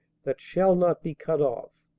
that shall not be cut off.